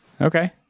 Okay